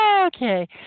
Okay